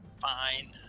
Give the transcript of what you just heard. fine